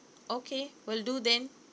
okay will do then